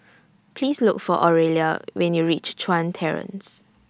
Please Look For Oralia when YOU REACH Chuan Terrace